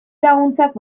laguntzak